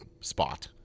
spot